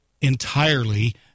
entirely